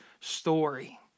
story